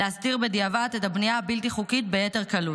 להסדיר בדיעבד את הבנייה הבלתי-חוקית ביתר קלות.